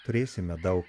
turėsime daug